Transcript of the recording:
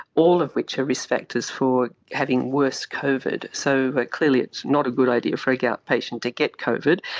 all of which are risk factors for having worse covid. so clearly it's not a good idea for a gout patient to get covid,